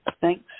Thanks